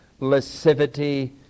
lascivity